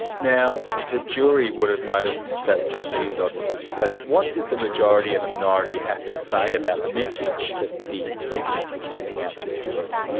now the jury would have noticed that judge ian dodd was asleep. what did the majority and the minority have to say about the message that the sleepiness was sending out to the jury?